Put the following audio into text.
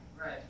Right